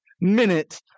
minute